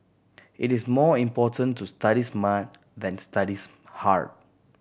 it is more important to study smart than study hard